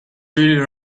really